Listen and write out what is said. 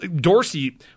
Dorsey